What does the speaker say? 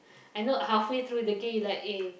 I know halfway through the game you like eh